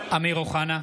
(קורא בשם חבר הכנסת) אמיר אוחנה,